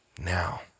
now